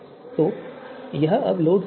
तो यह अब लोड हो गया है